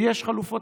יש חלופות,